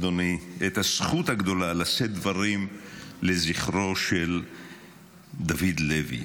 הזכות הגדולה לשאת דברים לזכרו של דוד לוי,